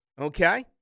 Okay